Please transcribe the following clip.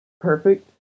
perfect